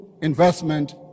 investment